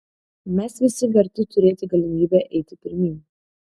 mes visi verti turėti galimybę eiti pirmyn